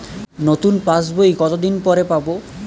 নতুন পাশ বই কত দিন পরে পাবো?